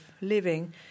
living